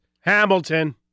Hamilton